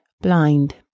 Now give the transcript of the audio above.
blind